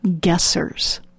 guessers